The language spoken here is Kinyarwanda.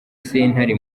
sentare